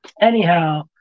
Anyhow